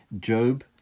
Job